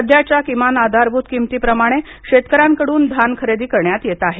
सध्याच्या किमान आधारभूत किमतीप्रमाणे शेतकऱ्यांकडून धान खरेदी करण्यात येत आहे